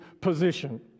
position